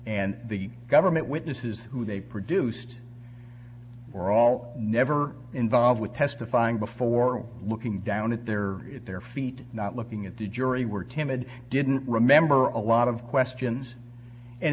and the government witnesses who they produced were all never involved with testifying before looking down at their at their feet not looking at the jury were timid didn't remember a lot of questions and